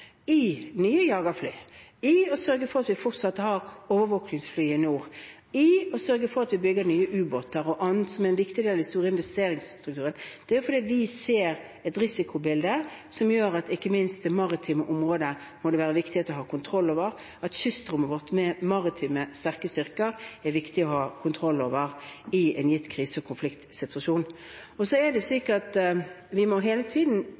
nye jagerfly, om å sørge for at vi fortsatt har overvåkingsfly i nord, om å sørge for at vi bygger nye ubåter og annet som er en viktig del av den store investeringsstrukturen – er fordi vi ser et risikobilde som gjør at ikke minst det maritime området er det viktig at vi har kontroll over, at kystrommet vårt, med maritime, sterke styrker, er det viktig å ha kontroll over i en gitt krise- og konfliktsituasjon. Og så er det slik at vi hele tiden